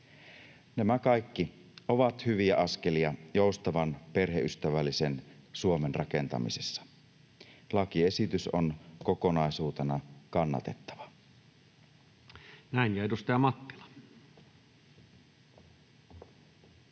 Nämä kaikki ovat hyviä askelia joustavan, perheystävällisen Suomen rakentamisessa. Lakiesitys on kokonaisuutena kannatettava. [Speech 259]